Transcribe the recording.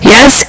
Yes